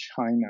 China